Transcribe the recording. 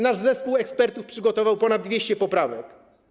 Nasz zespół ekspertów przygotował ponad 200 poprawek.